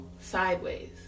sideways